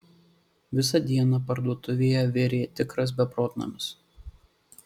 visą dieną parduotuvėje virė tikras beprotnamis